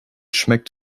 schmeckt